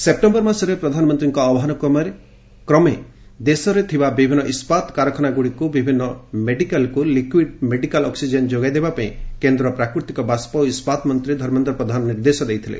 September ମାସରେ ପ୍ରଧାନମନ୍ତ୍ରୀଙ୍କ ଆହ୍ୱାନକ୍ରମେ ଦେଶରେ ଥିବା ବିଭିନ୍ନ ଇସ୍କାତ କାରଖାନାଗୁଡ଼ିକୁ ବିଭିନ୍ନ ମେଡିକାଲ୍କୁ ଲିକ୍ସିଡ୍ ମେଡିକାଲ୍ ଅକ୍ଟିଜେନ୍ ଯୋଗାଇ ଦେବାପାଇଁ କେନ୍ଦ୍ର ପ୍ରାକୃତିକ ବାଷ୍ପ ଓ ଇସ୍କାତ ମନ୍ତ୍ରୀ ଧର୍ମେନ୍ଦ୍ର ପ୍ରଧାନ ନିର୍ଦ୍ଦେଶ ଦେଇଥିଲେ